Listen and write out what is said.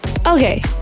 Okay